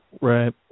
Right